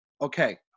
Okay